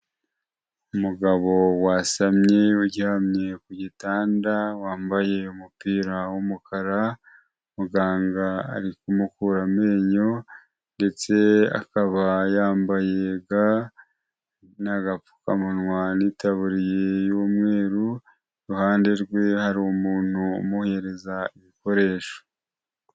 Umugabo wasamye uryamye ku gitanda, wambaye umupira w'umukara, muganga ari kumukura amenyo ndetse akaba yambaye ga n'agapfukamunwa n'itaburiya y'umweru, iruhande rwe hari umuntu umuhereza ibikoresho.